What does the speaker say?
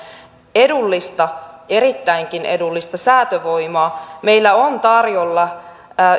edullista erittäinkin edullista säätövoimaa meillä on tarjolla